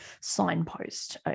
signpost